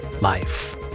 life